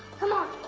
come on!